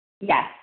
Yes